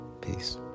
Peace